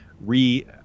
re –